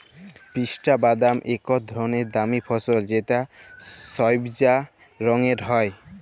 পিস্তা বাদাম ইকট ধরলের দামি ফসল যেট সইবজা রঙের হ্যয়